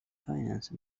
finance